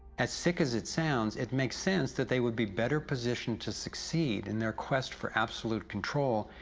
as sick as it sounds, it makes sense, that they would be better positioned to succeed, in their quest for absolute control,